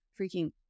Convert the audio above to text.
freaking